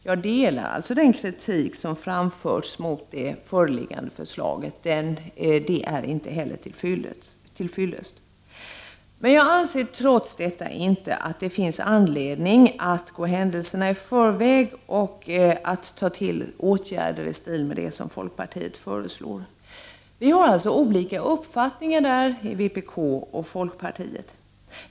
Jag delar således den kritik som har framförts mot det föreliggande förslaget. Det är inte heller till fyllest. Trots detta anser jag inte att det finns anledning att gå händelserna i förväg och ta till sådana åtgärder som folkpartiet föreslår. Vänsterpartiet kommunisterna och folkpartiet har olika uppfattningar.